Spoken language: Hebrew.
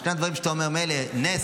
ישנם דברים שבהם אתה אומר: נס,